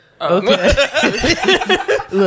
Okay